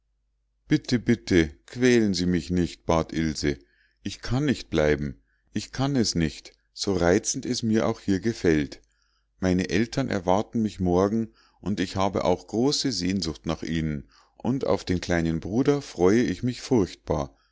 bitte bitte quälen sie mich nicht bat ilse ich kann nicht bleiben ich kann es nicht so reizend es mir auch hier gefällt meine eltern erwarten mich morgen und ich habe auch große sehnsucht nach ihnen und auf den kleinen bruder freue ich mich furchtbar